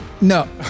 No